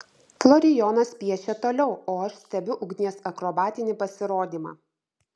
florijonas piešia toliau o aš stebiu ugnies akrobatinį pasirodymą